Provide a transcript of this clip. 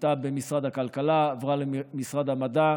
הייתה במשרד הכלכלה, עברה למשרד המדע,